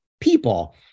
people